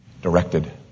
directed